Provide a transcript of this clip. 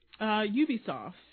Ubisoft